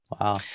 wow